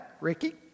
Ricky